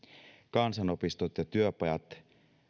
kansanopistot ja työpajat